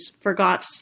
forgot